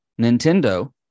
Nintendo